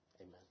amen